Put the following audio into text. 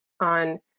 on